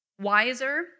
wiser